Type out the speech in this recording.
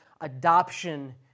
adoption